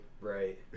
Right